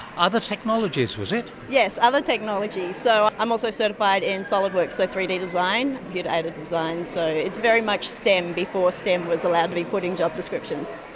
other technologies was it? yes, other technologies. so i'm also certified in solid work, so three d design, computer aided design. so it's very much stem before stem was allowed to be put in job descriptions.